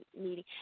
meeting